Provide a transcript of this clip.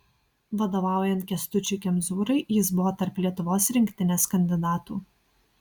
vadovaujant kęstučiui kemzūrai jis buvo tarp lietuvos rinktinės kandidatų